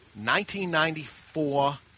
1994